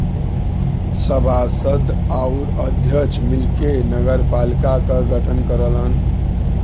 सभासद आउर अध्यक्ष मिलके नगरपालिका क गठन करलन